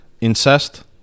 incest